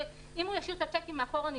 שאם הוא ישאיר את הצ'קים מאחור,